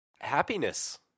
Happiness